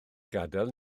gadael